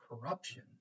corruption